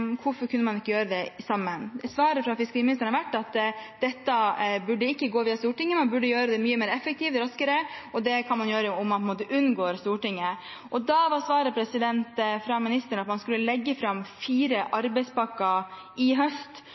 Hvorfor kunne man ikke gjøre det sammen? Svaret fra fiskeriministeren har vært at dette burde ikke gå via Stortinget. Man burde gjøre det mye mer effektivt og raskere, og det kan man gjøre om man unngår Stortinget. Da var svaret fra ministeren at man skulle legge fram fire arbeidspakker i høst.